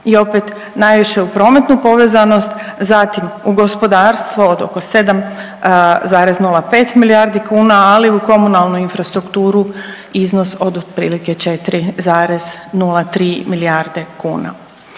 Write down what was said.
I opet najviše u prometnu povezanost, zatim u gospodarstvo od oko 7,05 milijardi, ali i u komunalnu infrastrukturu iznos od otprilike 4,03 milijarde kuna.